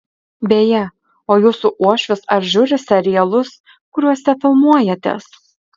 beje o jūsų uošvis ar žiūri serialus kuriose filmuojatės